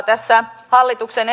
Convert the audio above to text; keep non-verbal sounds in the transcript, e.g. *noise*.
tästä että hallituksen *unintelligible*